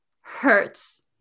hurts